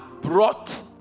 brought